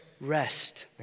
Rest